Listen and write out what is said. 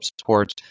support